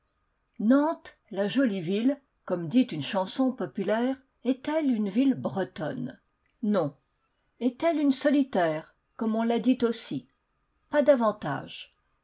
nantes la jolie ville comme dit une chanson populaire est-elle une ville bretonne non est-elle une solitaire comme on l'a dit aussi pas davantage